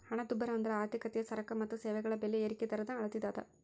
ಹಣದುಬ್ಬರ ಅಂದ್ರ ಆರ್ಥಿಕತೆಯ ಸರಕ ಮತ್ತ ಸೇವೆಗಳ ಬೆಲೆ ಏರಿಕಿ ದರದ ಅಳತಿ ಅದ